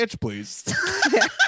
please